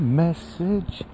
message